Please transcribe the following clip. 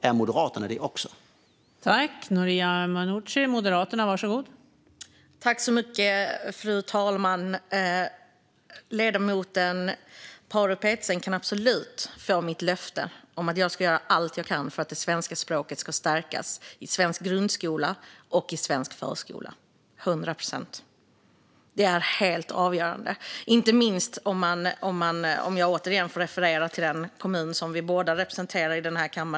Är Moderaterna också det?